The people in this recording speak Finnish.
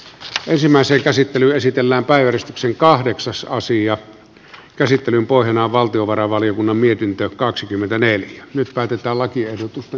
ryhmä sekä sitten esitellä päivystyksen kahdeksasosia käsittelyn pohjana valtiovarainvaliokunnan mietintö kaksikymmentäneljä nyt päätetään lakiehdotusten